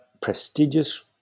prestigious